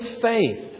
faith